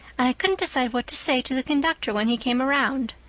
and i couldn't decide what to say to the conductor when he came around.